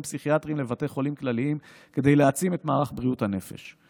פסיכיאטריים לבתי חולים כלליים כדי להעצים את מערך בריאות הנפש.